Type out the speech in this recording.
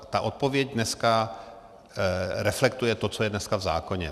Ta odpověď dneska reflektuje to, co je dneska v zákoně.